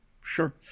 Sure